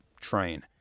train